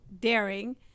daring